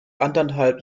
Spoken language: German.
anderthalb